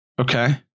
Okay